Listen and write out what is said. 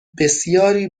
بسیاری